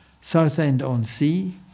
Southend-on-Sea